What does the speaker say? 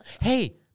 hey